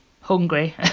hungry